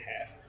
half